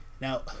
Now